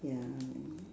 ya